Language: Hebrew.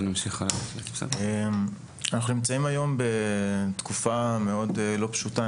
אנחנו נמצאים בתקופה מאוד לא פשוטה,